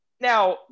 Now